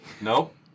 Nope